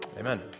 Amen